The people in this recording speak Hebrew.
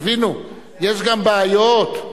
תבינו, יש גם בעיות.